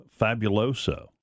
fabuloso